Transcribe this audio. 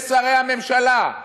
ושרי הממשלה,